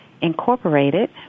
Incorporated